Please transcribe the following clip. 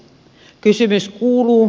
kysymys kuuluu